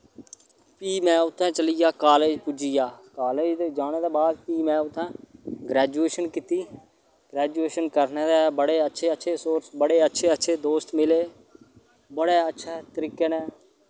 फ्ही मैं उत्थै चली आ कॉलेज पुजी आ कॉलेज दे जाने दे बाद फ्ही मैं उत्थै ग्रैजुएशन कीत्ती ग्रेजुएशन करने के बड़े अच्छे अच्छे सोर्स बड़े अच्छे अच्छे दोस्त मिले बड़े अच्छे तरीके ने